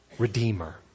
redeemer